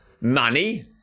money